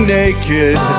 naked